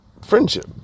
Friendship